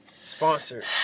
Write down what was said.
Sponsored